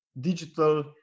digital